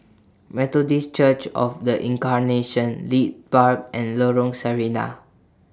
Methodist Church of The Incarnation Leith Park and Lorong Sarina